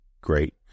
Great